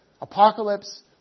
Apocalypse